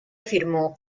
afirmó